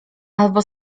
albo